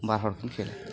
ᱵᱟᱨ ᱦᱚᱲ ᱠᱤᱱ ᱠᱷᱮᱞᱟ